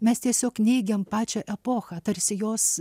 mes tiesiog neigiam pačią epochą tarsi jos